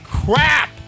crap